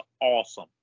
awesome